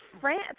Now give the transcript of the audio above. France